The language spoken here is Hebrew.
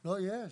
לא, יש.